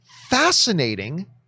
fascinating